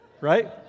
right